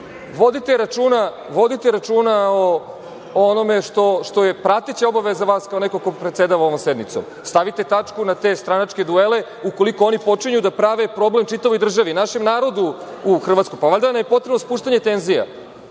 gasiti? Vodite računa o onome što je prateća obaveza vas kao nekog ko predsedava ovom sednicom. Stavite tačku na te stranačke duele, ukoliko oni počinju da prave problem čitavoj državi i našem narodu u Hrvatskoj. Valjda nam je potrebno spuštanje tenzija,